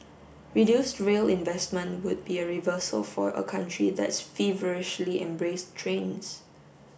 reduced rail investment would be a reversal for a country that's feverishly embraced trains